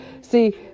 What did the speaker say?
See